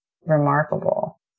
remarkable